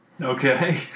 Okay